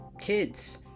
kids